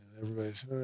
everybody's